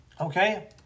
okay